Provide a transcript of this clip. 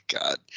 God